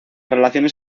relaciones